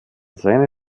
seine